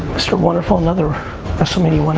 mr. wonderful, another wrestlemania